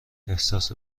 احساس